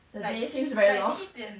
like seems very long